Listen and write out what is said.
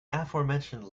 aforementioned